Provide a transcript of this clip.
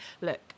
look